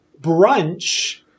brunch